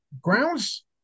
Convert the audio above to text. grounds